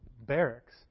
barracks